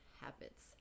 habits